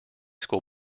school